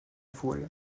voile